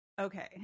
Okay